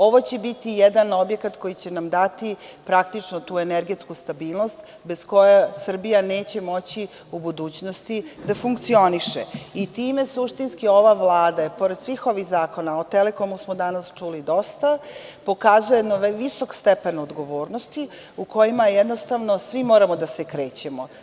Ovo će biti jedan objekat koji će nam dati praktično tu energetsku stabilnost bez koje Srbija neće moći u budućnosti da funkcioniše i time suštinski ova Vlada je pored svih ovih zakona, o Telekomu smodanas čuli dosta, pokazuje jedan visok stepen odgovornosti u kojima jednostavno svi moramo da se krećemo.